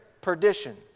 perdition